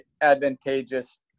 advantageous